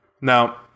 Now